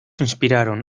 inspiraron